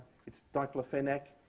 it's diclofenac.